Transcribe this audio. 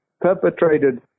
perpetrated